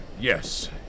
Yes